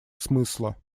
смысла